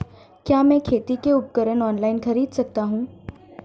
क्या मैं खेती के उपकरण ऑनलाइन खरीद सकता हूँ?